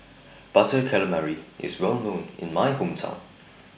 Butter Calamari IS Well known in My Hometown